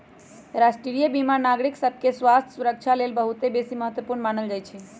राष्ट्रीय बीमा नागरिक सभके स्वास्थ्य सुरक्षा लेल बहुत बेशी महत्वपूर्ण मानल जाइ छइ